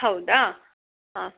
ಹೌದಾ ಹಾಂ